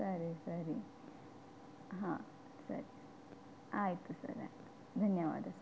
ಸರಿ ಸರಿ ಹಾಂ ಸರಿ ಆಯಿತು ಸರ್ ಧನ್ಯವಾದ ಸರ್